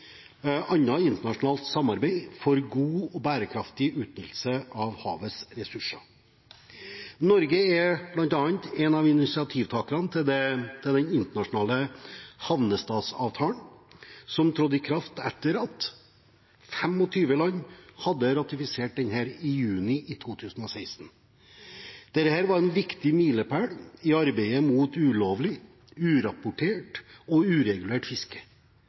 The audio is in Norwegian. annet internasjonalt samarbeid for god og bærekraftig utnyttelse av havets ressurser. Norge er bl.a. en av initiativtakerne til den internasjonale havnestatsavtalen, som trådte i kraft etter at 25 land hadde ratifisert den i juni i 2016. Dette var en viktig milepæl i arbeidet mot ulovlig, urapportert og uregulert fiske.